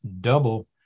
double